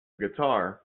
guitar